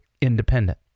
independent